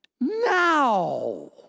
now